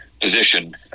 position